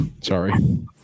Sorry